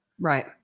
right